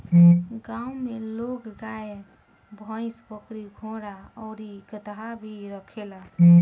गांव में लोग गाय, भइस, बकरी, घोड़ा आउर गदहा भी रखेला